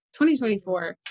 2024